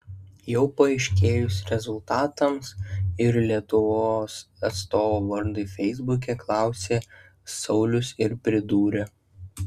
jau paaiškėjus rezultatams ir lietuvos atstovo vardui feisbuke klausė saulius ir pridūrė